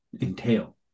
entail